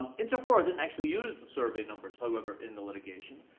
interflora didn't actually use the survey numbers, however, in the litigation.